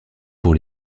pour